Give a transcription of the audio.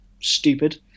stupid